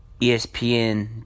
ESPN